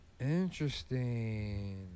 Interesting